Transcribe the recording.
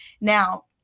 Now